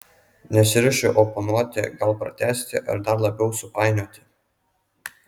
nesiruošiu oponuoti gal pratęsti ar dar labiau supainioti